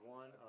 one